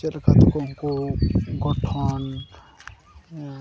ᱪᱮᱫ ᱞᱮᱠᱟ ᱛᱮᱠᱚ ᱩᱱᱠᱩ ᱜᱚᱴᱷᱚᱱ